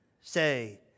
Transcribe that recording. say